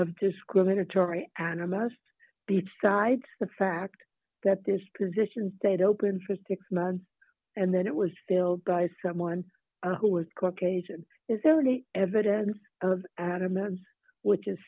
of discriminatory and amassed the type the fact that this position stayed open for six months and then it was filled by someone who is caucasian is there any evidence of an immense which is